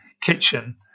kitchen